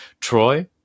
Troy